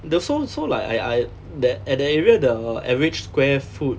the so so like I I that at that area the average square foot